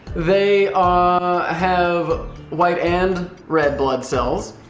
they ah have white and red blood cells.